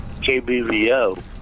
KBVO